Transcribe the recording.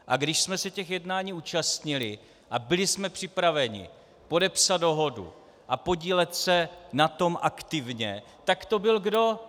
A když jsme se těch jednání účastnili a byli jsme připraveni podepsat dohodu a podílet se na tom aktivně, tak to byl kdo?